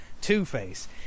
Two-Face